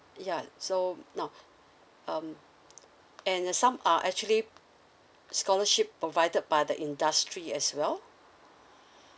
yeah so now um and uh some are actually scholarship provided by the industry as well